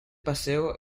paseo